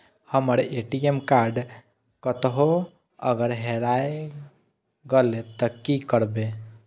हमर ATM card कतहो अगर हेराय गले ते की करबे?